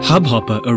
Hubhopper